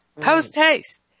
Post-haste